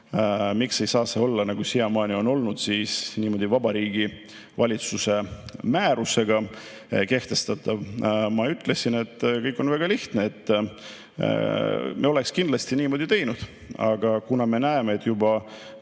Miks ei saa see olla nii, nagu siiamaani on olnud, Vabariigi Valitsuse määrusega kehtestatav? Ma ütlesin, et kõik on väga lihtne. Me oleksime kindlasti niimoodi teinud, aga kuna me näeme, et juba